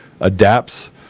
adapts